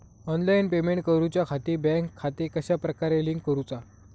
Online payment करुच्याखाती bank खाते कश्या प्रकारे लिंक करुचा?